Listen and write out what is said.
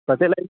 تَتھ ہے لَگہِ